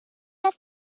but